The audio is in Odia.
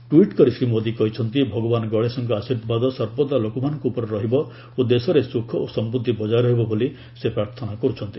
ଟ୍ୱିଟ୍ କରି ଶ୍ରୀ ମୋଦୀ କହିଚ୍ଚନ୍ତି ଭଗବାନ ଗଣେଶଙ୍କ ଆଶୀର୍ବାଦ ସର୍ବଦା ଲୋକମାନଙ୍କ ଉପରେ ରହିବ ଓ ଦେଶରେ ସୁଖ ଓ ସମୃଦ୍ଧି ବଜାୟ ରହିବ ବୋଲି ସେ ପ୍ରାର୍ଥନା କରୁଛନ୍ତି